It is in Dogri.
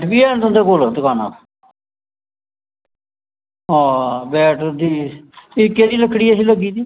आं बैट दी एह् केह्ड़ी लकड़ी ऐ लग्गी दी